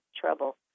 trouble